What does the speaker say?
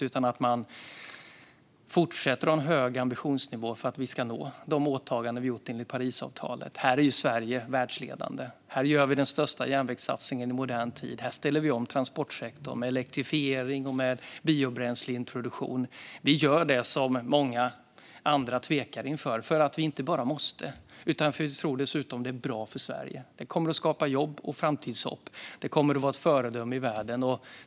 Det krävs i stället att vi fortsätter att ha en hög ambitionsnivå för att vi ska nå de åtaganden vi har gjort enligt Parisavtalet. Här är Sverige världsledande. Vi gör den största järnvägssatsningen i modern tid, och vi ställer om transportsektorn med elektrifiering och med biobränsleintroduktion. Vi gör det som många andra tvekar inför, inte bara för att vi måste utan dessutom för att vi tror att det är bra för Sverige. Det kommer att skapa jobb och framtidshopp, och det kommer att göra Sverige till ett föredöme i världen.